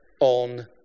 on